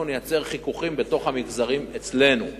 נייצר חיכוכים בתוך המגזרים אצלנו.